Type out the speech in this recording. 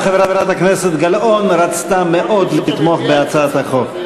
גם חברת הכנסת גלאון רצתה מאוד לתמוך בהצעת החוק.